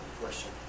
Question